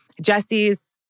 Jesse's